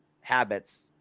habits